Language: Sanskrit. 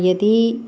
यदि